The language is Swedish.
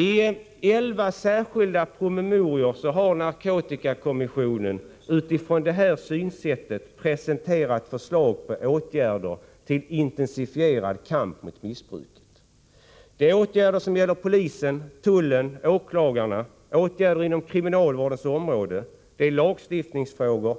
I elva särskilda promemorior har narkotikakommissionen utifrån detta synsätt presenterat förslag till åtgärder för intensifierad kamp mot missbruket. Det är åtgärder som gäller polisen, tullen och åklagarna, åtgärder inom kriminalvårdens område, lagstiftningsfrågor,